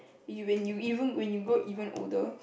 you when you when you grow even older